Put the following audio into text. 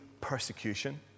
persecution